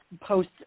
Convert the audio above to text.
post